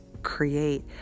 create